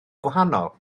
gwahanol